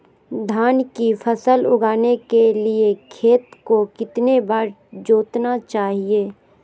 धान की फसल उगाने के लिए खेत को कितने बार जोतना चाइए?